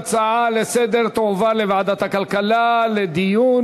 ההצעה לסדר-היום תועבר לוועדת הכלכלה לדיון.